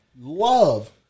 love